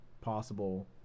possible